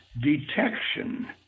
detection